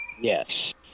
Yes